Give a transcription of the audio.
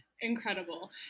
Incredible